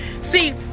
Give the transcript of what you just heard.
See